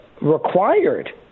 required